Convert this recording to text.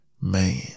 man